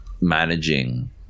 managing